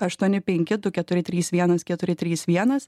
aštuoni penki du keturi trys vienas keturi trys vienas